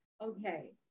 Okay